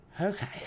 Okay